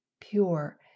pure